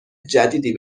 جدیدی